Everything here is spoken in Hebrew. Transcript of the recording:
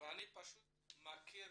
אני מכיר